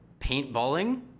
paintballing